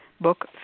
book